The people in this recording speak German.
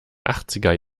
achtziger